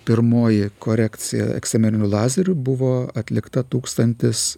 pirmoji korekcija eksimerniu lazeriu buvo atlikta tūkstantis